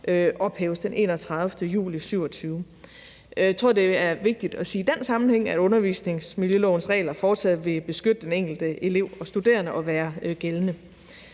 ophæves den 31. juli 2027. Jeg tror, det er vigtigt at sige i den sammenhæng, at undervisningsmiljølovens regler fortsat vil beskytte den enkelte elev og studerende og være gældende.